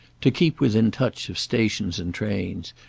to keep within touch of stations and trains,